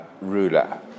ruler